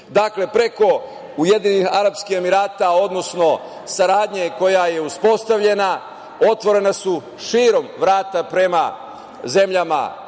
Dakle, preko Ujedinjenih Arapskih Emirata, odnosno saradnje koja je uspostavljena otvorena širom prema zemljama